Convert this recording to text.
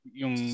yung